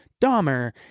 Dahmer